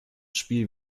spiel